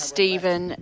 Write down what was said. Stephen